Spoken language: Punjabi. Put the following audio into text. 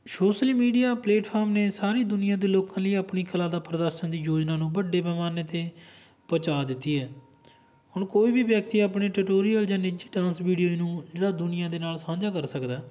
ਸੋਸ਼ਲ ਮੀਡੀਆ ਪਲੇਟਫਾਰਮ ਨੇ ਸਾਰੀ ਦੁਨੀਆਂ ਦੇ ਲੋਕਾਂ ਲਈ ਆਪਣੀ ਕਲਾ ਦਾ ਪ੍ਰਦਰਸ਼ਨ ਦੀ ਯੋਜਨਾ ਨੂੰ ਵੱਡੇ ਪੈਮਾਨੇ 'ਤੇ ਪਹੁੰਚਾ ਦਿੱਤੀ ਹੈ ਹੁਣ ਕੋਈ ਵੀ ਵਿਅਕਤੀ ਆਪਣੀ ਟਟੋਰੀਅਲ ਜਾਂ ਨਿੱਜੀ ਡਾਂਸ ਵੀਡੀਓ ਨੂੰ ਜਿਹੜਾ ਦੁਨੀਆਂ ਦੇ ਨਾਲ ਸਾਂਝਾ ਕਰ ਸਕਦਾ